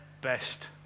best